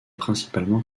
principalement